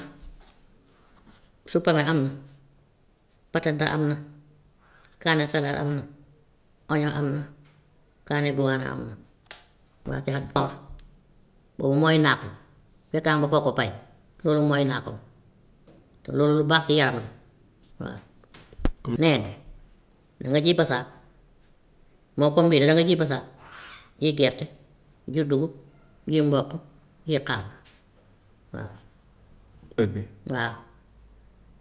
supame xam na, batante am na, kaane salaad am na, oño am na kaane goana am na boobu mooy naako su fekkee am nga foo ko bay loolu mooy naako te loolu lu baax ci yaram la waa. Neene danga ji basaab, mboq mi de danga ji basaab ji gerte, ji dugub, ji mboq, ji xaal waa heure bii waaw.